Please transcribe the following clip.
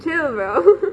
chill brother